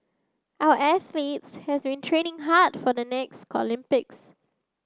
our athletes has been training hard for the next Olympics